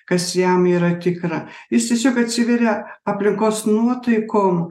kas jam yra tikra jis tiesiog atsiveria aplinkos nuotaikom